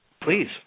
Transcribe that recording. please